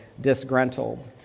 disgruntled